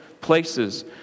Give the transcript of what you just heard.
places